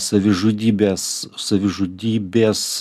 savižudybės savižudybės